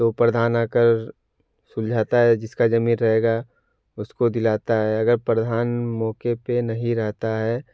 तो प्रधान आकर सुलझाता है जिसका जमीन रहेगा उसको दिलाता है अगर प्रधान मौके पे नहीं रहता है